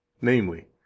namely